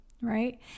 right